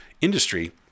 industry